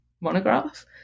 monograph